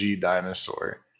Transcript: dinosaur